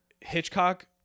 Hitchcock